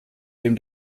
dem